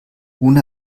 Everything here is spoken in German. ohne